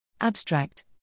Abstract